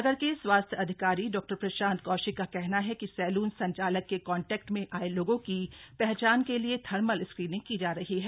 नगर के स्वास्थ्य अधिकारी डॉ प्रशांत कौशिक का कहना है कि सैलून संचालक के कांटेक्ट में आए लोगों की पहचान के लिए थर्मल स्क्रीनिंग की जा रही है